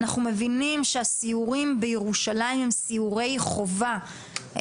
אנחנו מבינים שהסיורים בירושלים הם סיורי חובה,